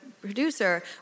producer